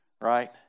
right